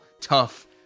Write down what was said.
tough